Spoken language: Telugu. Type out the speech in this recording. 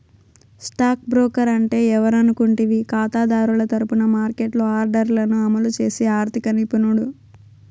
స్టాక్ బ్రోకర్ అంటే ఎవరనుకుంటివి కాతాదారుల తరపున మార్కెట్లో ఆర్డర్లను అమలు చేసి ఆర్థిక నిపుణుడు